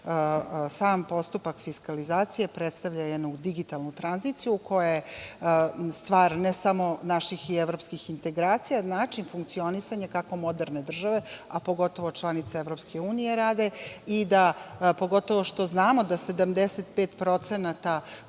sam postupak fiskalizacije predstavlja jednu digitalnu tranziciju koja je stvar ne samo naših i evropskih integracija, način funkcionisanja kako moderne države, a pogotovu članice EU rade i da pogotovu što znamo da 75%